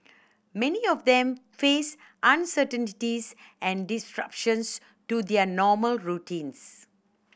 many of them faced uncertainties and disruptions to their normal routines